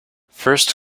first